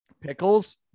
pickles